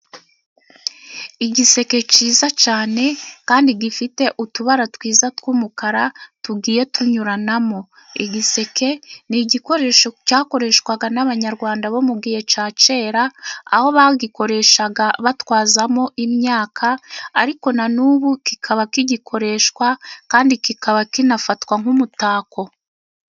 Igiseke cyiza cyane kandi gifite utubara twiza tw'umukara tugiye tunyuranamo. Igiseke ni igikoresho cyakoreshwaga n'abanyarwanda bo mu gihe cya kera, aho bagikoreshaga batwazamo imyaka, ariko na nubu kikaba kigikoreshwa kandi kikaba kinafatwa nk'umutako.